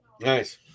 Nice